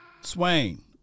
Swain